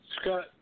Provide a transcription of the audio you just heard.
Scott